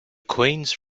queen’s